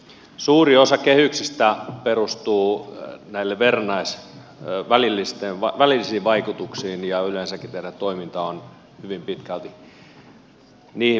suuri osa kehyksistä perustuu näihin välillisiin vaikutuksiin ja yleensäkin teidän toimintanne on hyvin pitkälti niihin perustuvaa